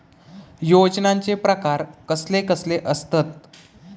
योजनांचे प्रकार कसले कसले असतत?